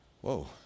whoa